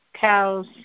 cows